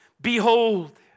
Behold